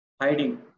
hiding